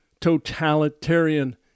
totalitarian